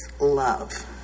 love